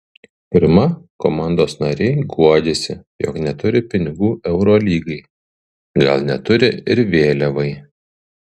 pirma komandos nariai guodžiasi jog neturi pinigų eurolygai gal neturi ir vėliavai